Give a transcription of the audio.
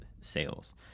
sales